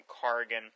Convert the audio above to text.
Cargan